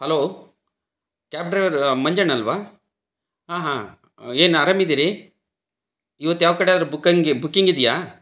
hello cab driver Manjanna ಅ ಆ ಹಾಂ ಏನು ಆರಾಮಿದೀರಿ ಇವತ್ತು ಯಾವ ಕಡೆ ಆರು ಬುಕ್ಕಂಗ್ ಬುಕ್ಕಿಂಗ್ ಇದೆಯಾ